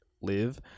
live